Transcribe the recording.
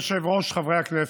אדוני היושב-ראש, חברי הכנסת,